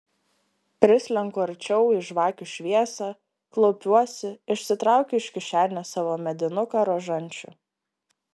prislenku arčiau į žvakių šviesą klaupiuosi išsitraukiu iš kišenės savo medinuką rožančių